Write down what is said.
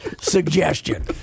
suggestion